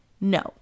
No